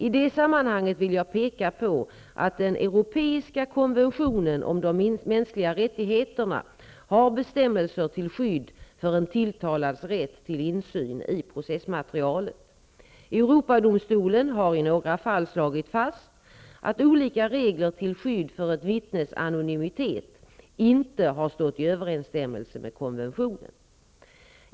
I det sammanhanget vill jag peka på att den europeiska konventionen om de mänskliga rättigheterna har bestämmelser till skydd för en tilltalads rätt till insyn i processmaterialet. Europadomstolen har i några fall slagit fast att olika regler till skydd för ett vittnes anonymitet inte har stått i överensstämmelse med konventionen.